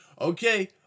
Okay